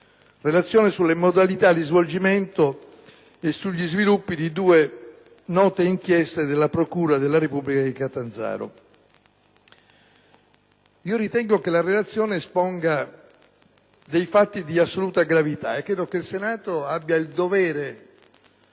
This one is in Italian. ha ad oggetto le modalità di svolgimento e gli sviluppi di due note inchieste della Procura della Repubblica di Catanzaro. Ritengo che la relazione esponga dei fatti di assoluta gravità e credo che il Senato abbia il dovere